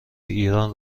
ایران